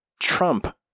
Trump